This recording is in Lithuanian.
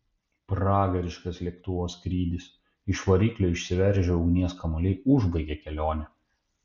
pragariškas lėktuvo skrydis iš variklio išsiveržę ugnies kamuoliai užbaigė kelionę